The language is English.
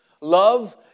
Love